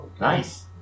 Nice